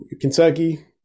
Kentucky